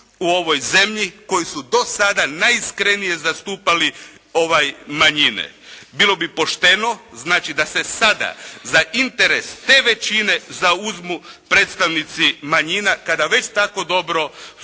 u ovoj zemlji koji su dosada najiskrenije zastupali manjine. Bilo bi pošteno znači da se sada za interes te većine zauzmu predstavnici manjina kada već tako dobro